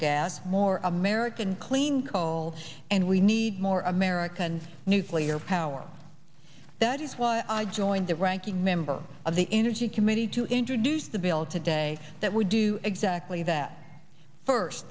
gas more american clean coal and we need more american nuclear power that is why i joined the ranking member of the energy committee to introduce the bill today that would do exactly that first